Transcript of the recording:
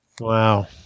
Wow